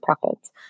profits